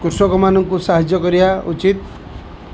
କୃଷକମାନଙ୍କୁ ସାହାଯ୍ୟ କରିବା ଉଚିତ୍